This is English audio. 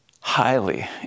highly